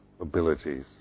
abilities